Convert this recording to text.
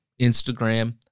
Instagram